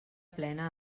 plena